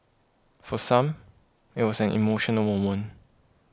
for some it was an emotional moment